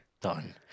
Done